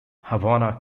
havana